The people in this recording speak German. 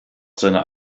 seiner